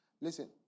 Listen